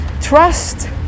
trust